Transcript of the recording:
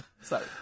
Sorry